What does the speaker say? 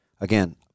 again